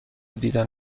دیدن